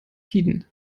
tiden